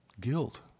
guilt